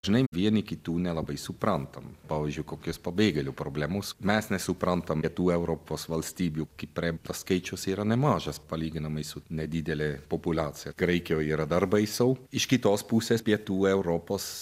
žinai vieni kitų nelabai suprantam pavyzdžiui kokias pabėgėlių problemos mes nesuprantam rytų europos valstybių kaip priimta skaičius yra nemažas palyginamai su nedidelė populiacija graikijoje yra dar baisiau iš kitos pusės pietų europos